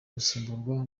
gusimburwa